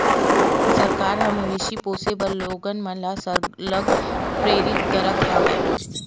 सरकार ह मवेशी पोसे बर लोगन मन ल सरलग प्रेरित करत हवय